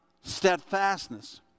steadfastness